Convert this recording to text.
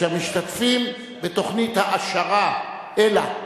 שמשתתפים בתוכנית העשרה "אלה",